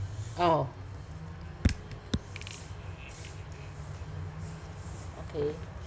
oh okay